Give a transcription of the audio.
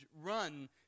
run